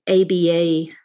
ABA